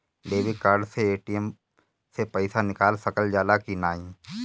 Credit card से ATM से पइसा निकाल सकल जाला की नाहीं?